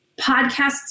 Podcasts